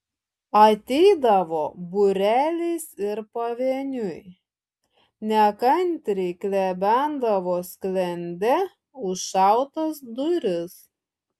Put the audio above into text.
ateidavo būreliais ir pavieniui nekantriai klebendavo sklende užšautas duris